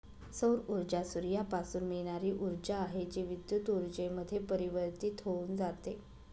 सौर ऊर्जा सूर्यापासून मिळणारी ऊर्जा आहे, जी विद्युत ऊर्जेमध्ये परिवर्तित होऊन जाते